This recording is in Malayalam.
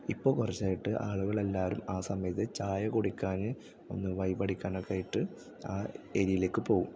ഇപ്പോൾ കുറച്ചായിട്ട് ആളുകളെല്ലാവരും ആ സമയത്ത് ചായകുടിക്കാൻ ഒന്ന് വൈബടിക്കാനൊക്കെ ആയിട്ട് ആ ഏരിയയിലേക്ക് പോവും